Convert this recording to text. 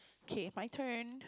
kay my turn